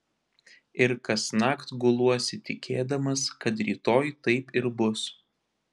ir kasnakt guluosi tikėdamas kad rytoj taip ir bus